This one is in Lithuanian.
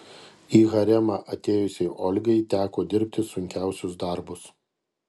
į haremą atėjusiai olgai teko dirbti sunkiausius darbus